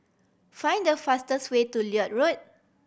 find the fastest way to Lloyd Road